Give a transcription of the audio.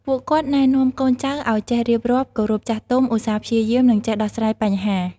ពួកគាត់ណែនាំកូនចៅឲ្យចេះរៀបរាប់ គោរពចាស់ទុំ ឧស្សាហ៍ព្យាយាម និងចេះដោះស្រាយបញ្ហា។